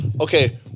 Okay